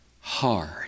hard